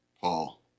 Paul